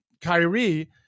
Kyrie